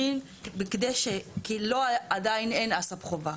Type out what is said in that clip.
קייטרינג, עדיין אין הס"פ חובה.